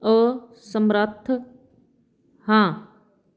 ਅਸਮਰੱਥ ਹਾਂ